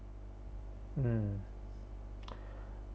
hmm